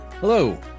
Hello